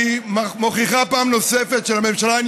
והיא מוכיחה פעם נוספת שלממשלה אין